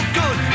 good